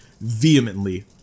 vehemently